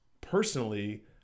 personally –